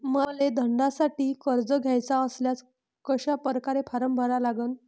मले धंद्यासाठी कर्ज घ्याचे असल्यास कशा परकारे फारम भरा लागन?